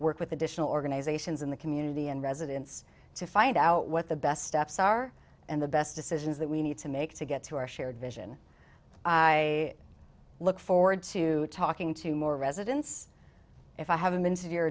work with additional organizations in the community and residents to find out what the best steps are and the best decisions that we need to make to get to our shared vision i look forward to talking to more residents if i haven't been severe